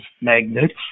magnets